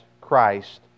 Christ